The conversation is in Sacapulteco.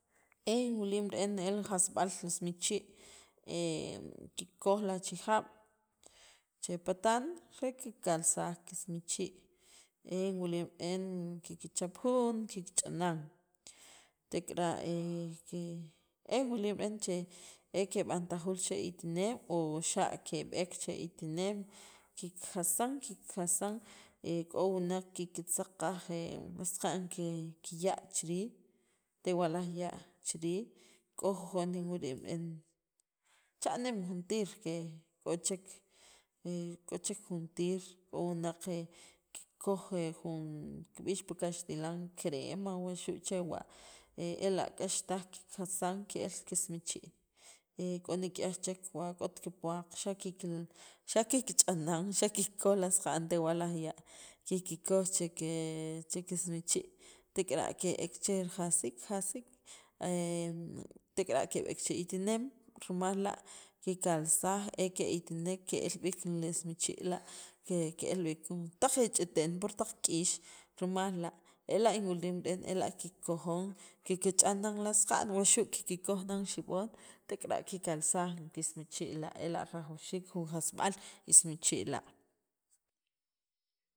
E in wiliim reen la jun jasb'aal ismichi kikoj li achijaab' xepataan re kikalsaaj kismichi e wiliim reen ki kichaap jun ki kich'anan teqara' que e wiliim reen e que b'antajul che itineem o xa que b'eek che itineem ki kijasan ki kijasan k'o wunaq ki kitzaq kaaj saqan ki ya' chiriij teewalaj ya' chirrij k'o jun inwiliim reen chaneem jun tiir k'o chek k'o chek jun tiir k'o wunaq que kikoj jun kib'iix pi kaxtilan crema wuxu' chewa' ela k'axtaaj ki kirjasan keel kismichi k'o nik'iaj chek wa k'ot ki puwaq xa ki ki xa ki kitz'anan xa ki koj laj saqan te'ew laj ya' ki kikoj chike chikesmichi teqara' keeq cher jasiiq jasiiq teqara' keb'eek che itineem rimal la kikalsaaj e que itineek kelb'iik jun ismichi la que kelb'iik jun tak' e chateen pur tak' k'iix rimal la ela in wiliim reen ela ki kojoon ki kich'an nan laj saq'an wuxu' ki kikoj nan xib'on teqara' ki kalsaaj kismichi la ela rajawxiik jun jasb'al ismichi la.